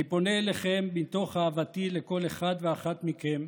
אני פונה אליכם מתוך אהבתי לכל אחד ואחת מכם